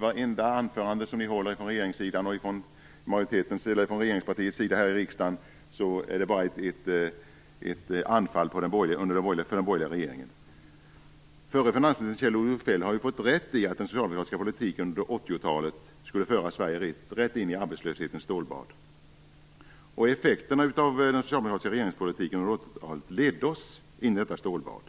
Vartenda anförande som ni håller från regeringspartiets sida i riksdagen är ett angrepp på den borgerliga regeringen. Förre finansministern Kjell-Olof Feldt har fått rätt i att den socialdemokratiska politiken under 80-talet skulle föra Sverige rätt in i arbetslöshetens stålbad. Effekterna av den socialdemokratiska regeringspolitiken under 80-talet ledde oss in i detta stålbad.